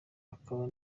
akaba